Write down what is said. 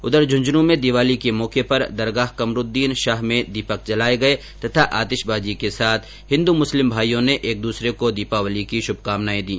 उधर झंझनू में दिवाली के मौके पर दरगाह कमरूद्दीन शाह में दीपक जलाए गए तथा आतिशबाजी के साथ हिंदू मुस्लिम भाइयों ने एक दूसरे को दिवाली की बधाई दी